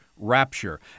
rapture